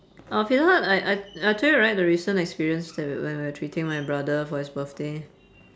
oh pizza hut I I I told you right the recent experience that w~ when we were treating my brother for his birthday